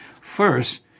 First